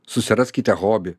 susiraskite hobį